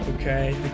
okay